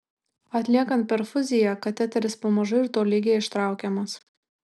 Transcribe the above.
atliekant perfuziją kateteris pamažu ir tolygiai ištraukiamas